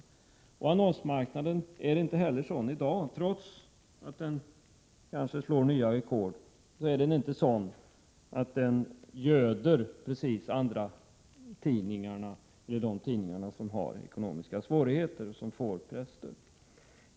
Trots att annonsmarknaden i dag slår nya rekord göder den ändå inte andratidningarna de tidningar som har ekonomiska svårigheter och får presstöd.